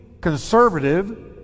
conservative